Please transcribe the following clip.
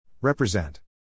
Represent